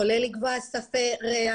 כולל לקבוע ספי ריח.